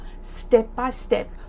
step-by-step